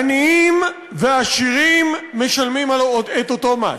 עניים ועשירים משלמים את אותו מס.